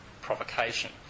provocation